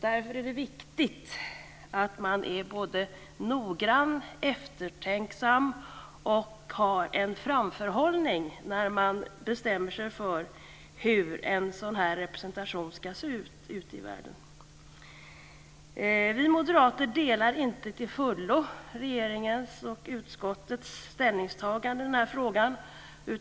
Därför är det viktigt att man är både noggrann, eftertänksam och har en framförhållning när man bestämmer sig för hur en sådan representation ska se ut ute i världen. Vi moderater delar inte till fullo regeringens och utskottets ställningstagande i frågan.